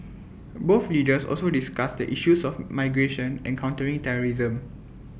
both leaders also discussed the issues of migration and countering terrorism